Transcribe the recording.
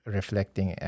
reflecting